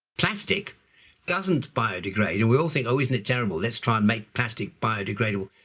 plastic doesn't biodegrade and we all think oh isn't it terrible? let's try and make plastic biodegradable.